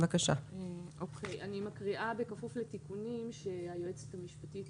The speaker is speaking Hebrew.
אני מקריאה בכפוף לתיקונים שהיועצת המשפטית